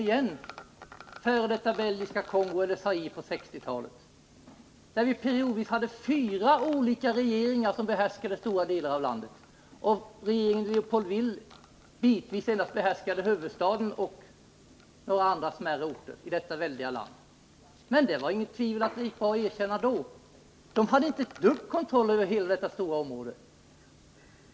Belgiska Kongo — eller Zaire som det nu kallas — på 1960-talet när det periodvis var fyra olika regeringar som behärskade stora delar av det landet och regeringen i Leopoldville behärskade endast huvudstaden och några smärre orter i det väldiga landet? Men det var inget tvivel om att det gick bra att erkänna den regeringen då, fastän den inte hade kontroll över hela detta stora område.